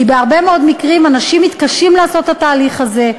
כי בהרבה מאוד מקרים אנשים מתקשים לעשות את התהליך הזה,